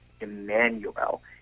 Emmanuel